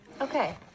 Okay